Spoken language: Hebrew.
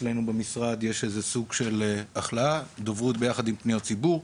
אצלנו במשרד יש סוג של הכלאה דוברות ביחד עם פניות ציבור.